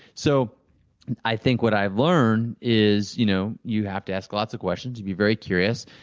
so i think what i've learned is, you know you have to ask lots of questions, to be very curious.